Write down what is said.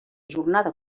jornada